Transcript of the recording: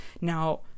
Now